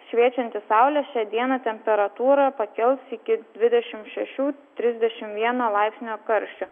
šviečianti saulė šią dieną temperatūra pakils iki dvidešimt šešių trisdešimt vieno laipsnio karščio